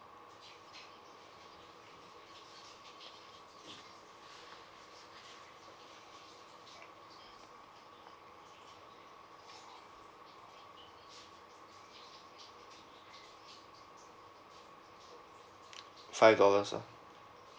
five dollars ah